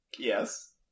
Yes